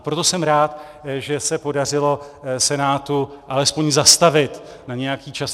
Proto jsem rád, že se podařilo Senátu alespoň zastavit na nějaký čas.